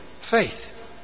faith